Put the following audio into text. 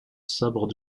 sabre